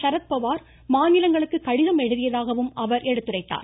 சரத்பவார் மாநிலங்களுக்கு கடிதம் எழுதியதாகவும் அவர் சுட்டிக்காட்டினார்